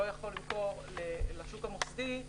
שלא יכול למכור לשוק המוסדי,